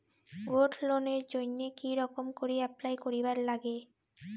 Gold লোনের জইন্যে কি রকম করি অ্যাপ্লাই করিবার লাগে?